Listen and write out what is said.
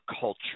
culture